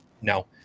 No